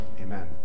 Amen